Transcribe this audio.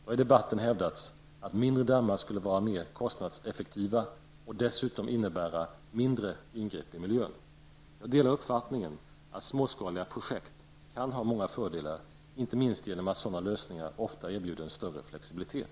Det har i debatten hävdats att mindre dammar skulle vara mera kostnadseffektiva och att de dessutom skulle innebära mindre ingrepp i miljön. Jag delar uppfattningen att småskaliga projekt kan ha många fördelar, inte minst genom att sådana lösningar ofta erbjuder en större flexibilitet.